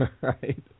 right